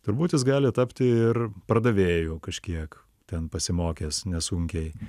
turbūt jis gali tapti ir pardavėju kažkiek ten pasimokęs nesunkiai